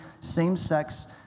same-sex